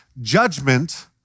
judgment